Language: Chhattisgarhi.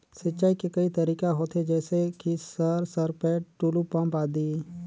सिंचाई के कई तरीका होथे? जैसे कि सर सरपैट, टुलु पंप, आदि?